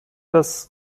das